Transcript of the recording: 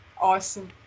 awesome